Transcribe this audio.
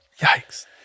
Yikes